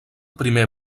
primer